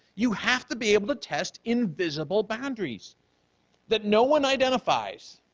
you have to be able to test invisible boundaries that no one identifies,